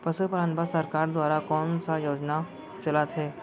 पशुपालन बर सरकार दुवारा कोन स योजना चलत हे?